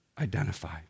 identify